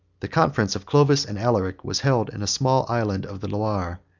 the conference of clovis and alaric was held in a small island of the loire,